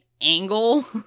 angle